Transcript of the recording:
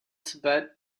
tibet